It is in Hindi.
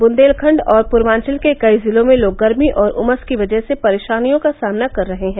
बुन्देलखंड और पूर्वांचल के कई जिलों में लोग गर्मी और उमस की वजह से परेषानियों का सामना कर रहे हैं